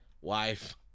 Wife